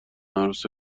عروس